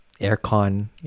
aircon